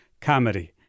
comedy